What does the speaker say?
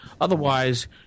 Otherwise